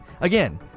Again